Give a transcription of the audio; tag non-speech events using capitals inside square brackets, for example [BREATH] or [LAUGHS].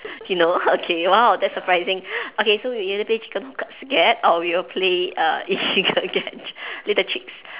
[LAUGHS] you know okay !wow! that's surprising [BREATH] okay so we either play chicken hook or we'll play err [LAUGHS] eagle catch little chicks